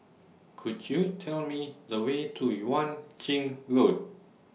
Could YOU Tell Me The Way to Yuan Ching Road